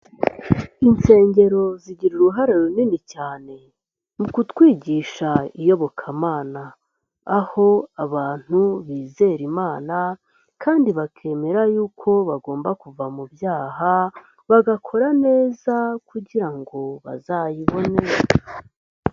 Insengero zigira uruhare runini cyane mu kutwigisha iyobokamana, aho abantu bizera Imana kandi bakemera yuko bagomba kuva mu byaha bagakora neza kugira ngo bazayibone.